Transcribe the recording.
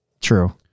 True